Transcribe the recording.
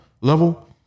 level